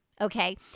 okay